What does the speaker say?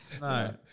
no